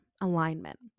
alignment